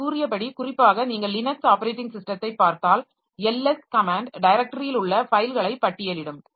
நான் கூறியபடி குறிப்பாக நீங்கள் லினக்ஸ் ஆப்பரேட்டிங் ஸிஸ்டத்தைப் பார்த்தால் ls கமேன்ட் டைரக்டரியில் உள்ள ஃபைல்களை பட்டியலிடும்